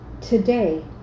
Today